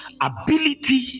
ability